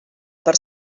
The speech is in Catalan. per